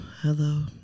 Hello